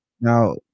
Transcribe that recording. now